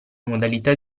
modalità